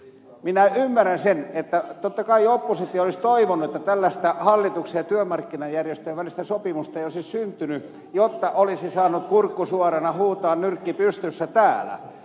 minä ymmärrän sen että totta kai oppositio olisi toivonut että tällaista hallituksen ja työmarkkinajärjestöjen välistä sopimusta ei olisi syntynyt jotta olisi saanut kurkku suorana huutaa nyrkki pystyssä täällä